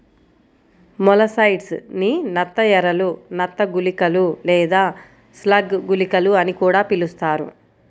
molluscicides ని నత్త ఎరలు, నత్త గుళికలు లేదా స్లగ్ గుళికలు అని కూడా పిలుస్తారు